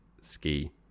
ski